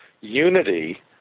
unity